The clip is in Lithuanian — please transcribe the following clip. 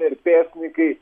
ir pėstininkai